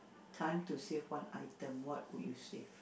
time to save one item what would you save